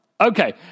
Okay